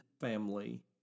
family